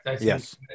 Yes